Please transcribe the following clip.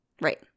Right